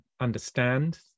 understand